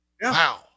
wow